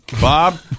Bob